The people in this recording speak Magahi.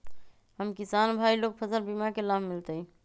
हम किसान भाई लोग फसल बीमा के लाभ मिलतई?